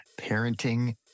parenting